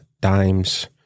dimes